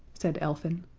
said elfin.